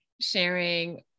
sharing